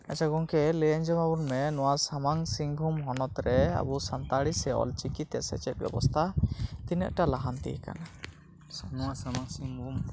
ᱟᱪᱪᱷᱟ ᱜᱚᱢᱠᱮ ᱞᱟᱹᱭ ᱟᱸᱡᱚᱢ ᱟᱵᱚᱱ ᱢᱮ ᱱᱚᱣᱟ ᱥᱟᱢᱟᱝ ᱥᱤᱝᱵᱷᱩᱢ ᱦᱚᱱᱚᱛ ᱨᱮ ᱟᱵᱚ ᱥᱟᱱᱛᱟᱲᱤ ᱛᱮ ᱥᱮ ᱚᱞᱪᱤᱠᱤᱛᱮ ᱥᱮᱪᱮᱫ ᱵᱮᱵᱚᱥᱛᱷᱟ ᱛᱤᱱᱟᱹᱜᱴᱟ ᱞᱟᱦᱟᱱᱛᱤ ᱟᱠᱟᱱᱟ ᱱᱚᱣᱟ ᱥᱟᱢᱟᱝ ᱥᱤᱝᱵᱷᱩᱢ